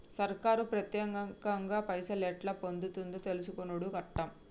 సర్కారు పత్యేకంగా పైసలు ఎట్లా పొందుతుందో తెలుసుకునుడు కట్టం